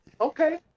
Okay